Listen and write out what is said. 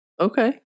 Okay